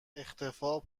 اختفاء